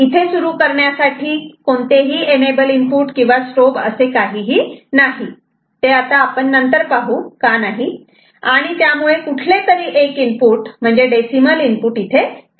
इथे सुरू करण्यासाठी कोणतेही एनबल इनपुट किंवा स्ट्रोब असे काही नाही हे आपण नंतर पाहू आणि त्यामुळे कुठलेतरी एक इनपुट म्हणजे डेसिमल इनपुट कायम असते